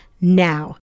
now